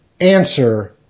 Answer